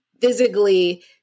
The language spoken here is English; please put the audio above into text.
physically